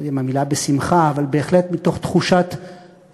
אני לא יודע אם המילה "בשמחה" אבל בהחלט מתוך תחושת שליחות,